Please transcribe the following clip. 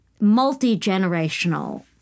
multi-generational